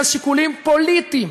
שאתם, בגלל שיקולים פוליטיים,